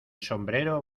sombrero